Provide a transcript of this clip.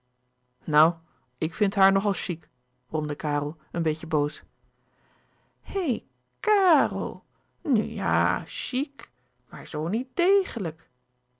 nou ik vind haar nog al chic bromde karel een beetje boos hè kàrel nu ja chic maar zoo niet dègelijk